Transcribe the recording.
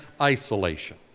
isolation